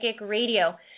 radio